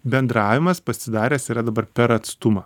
bendravimas pasidaręs yra dabar per atstumą